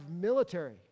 military